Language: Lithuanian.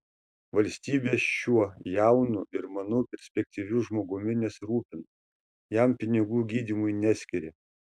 valstybė šiuo jaunu ir manau perspektyviu žmogumi nesirūpina jam pinigų gydymui neskiria